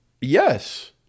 Yes